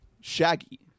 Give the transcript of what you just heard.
Shaggy